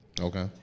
Okay